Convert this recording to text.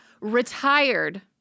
retired